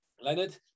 Leonard